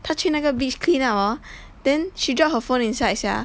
他去那个 beach clean up hor then she dropped her phone inside sia